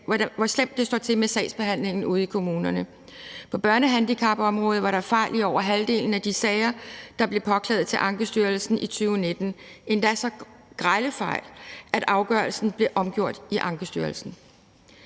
hvor slemt det står til med sagsbehandlingen ude i kommunerne. På børnehandicapområdet var der fejl i over halvdelen af de sager, der blev påklaget til Ankestyrelsen i 2019, endda så grelle fejl, at afgørelsen blev omgjort i Ankestyrelsen.